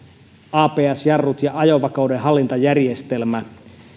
abs jarrut ja ajovakauden hallintajärjestelmä